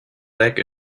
back